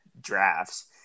drafts